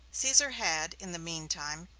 caesar had, in the mean time,